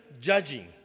judging